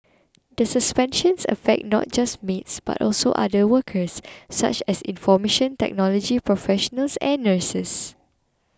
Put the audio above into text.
the suspension affects not just maids but also other workers such as information technology professionals and nurses